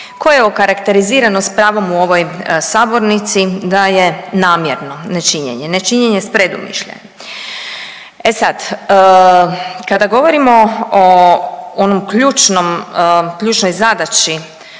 koje je okarakterizirano s pravom u ovoj sabornici da je namjerno. Nečinjenje, nečinjene s predumišljajem. E sad, kada govorimo o onom ključnom,